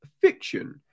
fiction